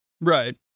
Right